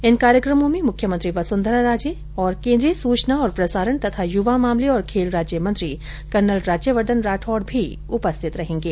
इन कार्यक्रमों में मुख्यमंत्री वसुंधरा राजे और केन्द्रीय सूचना और प्रसारण तथा युवा मामले और खेल राज्य मंत्री कर्नल राज्यवर्द्वन राठौड़ भी उपस्थित रहेंगे